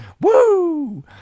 Woo